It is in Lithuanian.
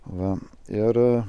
va ir